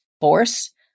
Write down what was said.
force